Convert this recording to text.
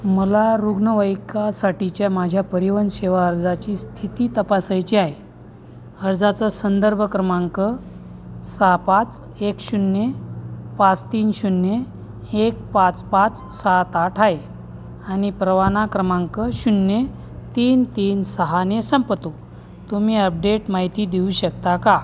मला रुग्णवाहिकासाठीच्या माझ्या परिवहन सेवा अर्जाची स्थिती तपासायची आहे अर्जाचं संदर्भ क्रमांक सहा पाच एक शून्य पाच तीन शून्य एक पाच पाच सात आठ आहे आणि परवाना क्रमांक शून्य तीन तीन सहाने संपतो तुम्ही अपडेट माहिती देऊ शकता का